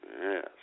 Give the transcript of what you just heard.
Yes